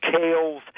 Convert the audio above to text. kales